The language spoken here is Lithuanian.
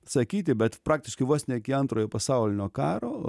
sakyti bet praktiškai vos ne iki antrojo pasaulinio karo